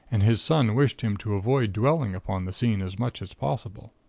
and his son wished him to avoid dwelling upon the scene as much as possible.